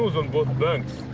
on both banks,